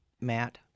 matt